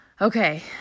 okay